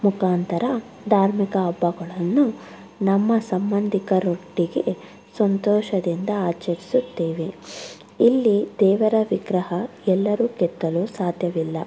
ಮುಖಾಂತರ ಧಾರ್ಮಿಕ ಹಬ್ಬಗಳನ್ನು ನಮ್ಮ ಸಂಬಂಧಿಕರೊಟ್ಟಿಗೆ ಸಂತೋಷದಿಂದ ಆಚರಿಸುತ್ತೇವೆ ಇಲ್ಲಿ ದೇವರ ವಿಗ್ರಹ ಎಲ್ಲರೂ ಕೆತ್ತಲು ಸಾಧ್ಯವಿಲ್ಲ